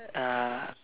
uh